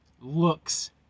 looks